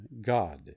God